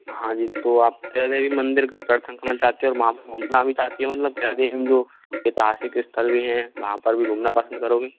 हाँ जी तो आप देवी मंदिर के दर्शन करना चाहते हो और वहाँ पर घूमना भी चाहते हो मतलब देवी में जो ऐतिहासिक स्थल भी है वहाँ पर भी घूमना पसंद करोगे